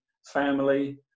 family